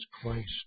Christ